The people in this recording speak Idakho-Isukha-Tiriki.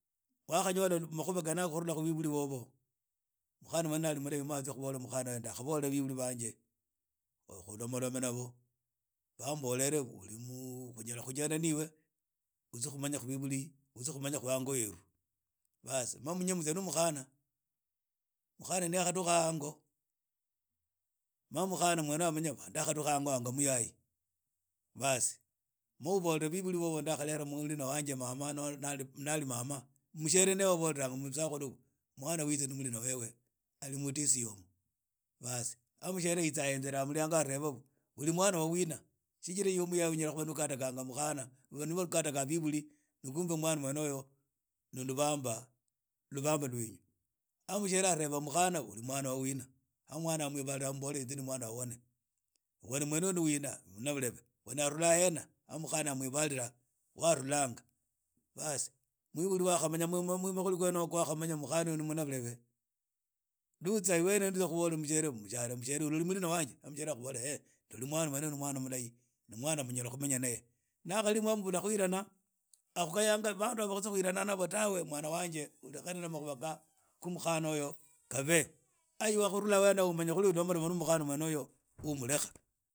Wakhanyola makhuba khene yakho khurula khu biburi bobo khu obole mukhana uyo nda khabola biburi bange molomi nabo bambole khunyala khujenda na ibe utsi khumanyakhu biburi utsi khumanyakhu hango heru baas ma munye mutsia nu mukhana mukhana ni ya khadukha hango ma mukhana wene amanye ndakhadukha hango hanga muyayi baas ma ubola biburi bobo ndakhalera mulina wanje noho nali nali mama, mushiere ni wo ubola musakhulu mwana witsi na mulina webe ali mudisi omu aah mushiere yitsa ahenzera ha muliango arheba uli mwana wa wina shijira iywe unyla kuba ni ugadanga mukhana iwe ni ukhadaga mwibuli na khumbe mkhana uyu no luvamba lwenu aah mushiere aleba mukhana uli mwana wa wina ha mwan amwibala ambola inze ni mwana wa wane wane mwene uyo ni wina wane arhula hen a ha mukhana amwibala wa arhulanga baas wibuli wakhamanya mukhana oyu ni mnabirebe lwa utsia wne ira ubole mushere ulole murina wanj aagh mushiere akhubola ndoli mwan wene ni mwana mulahi ni mwna wa munyala khumenya naye na hari mwana wa unyala tawe ukhukhaya mwana uyo si kuhirna nabo tae mwna wanje urekhane na mukhana uyo abe aah ibe lwa arhula henee aho umanya sa umurekha.